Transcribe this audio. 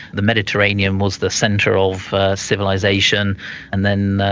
the mediterranean was the centre of civilisation and then,